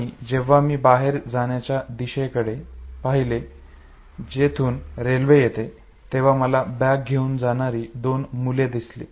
आणि जेव्हा मी बाहेर जाण्याच्या दिशेकडे पहिले जिथून रेल्वे येते तेव्हा मला बॅग घेवून जाणारी दोन मुले दिसली